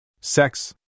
Sex